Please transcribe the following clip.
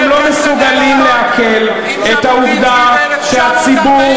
אתם לא מסוגלים לעכל את העובדה שהציבור,